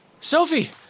Sophie